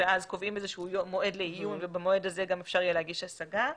ואז קובעים מועד לעיון ובמועד הזה גם אפשר יהיה להגיש השגה.